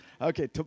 Okay